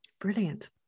Brilliant